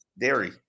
Dairy